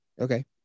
Okay